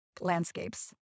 landscapes